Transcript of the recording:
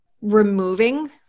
removing